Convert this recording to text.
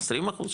20 אחוז,